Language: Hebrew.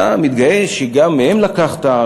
אתה מתגאה שגם מהם לקחת,